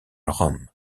rome